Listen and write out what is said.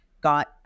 got